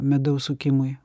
medaus sukimui